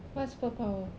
what superpower